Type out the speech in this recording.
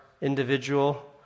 individual